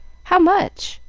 how much?